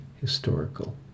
historical